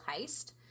heist